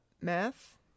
Math